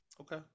okay